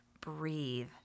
breathe